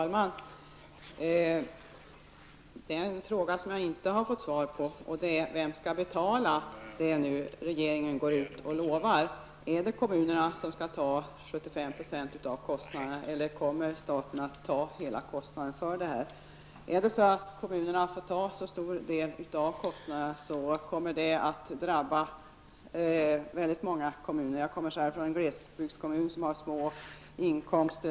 Herr talman! En fråga har jag inte fått svar på, nämligen vem som skall betala den kompensation i pengar som regeringen nu utlovar. Skall kommunerna betala 75 % av kostnaderna eller kommer staten att betala hela kostnaden? Om kommunerna måste bära en så stor del av kostnaderna kommer det att drabba många av dem. Själv kommer jag från en glesbygdskommun med små inkomster.